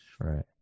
Right